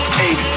eight